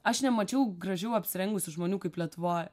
aš nemačiau gražiau apsirengusių žmonių kaip lietuvoj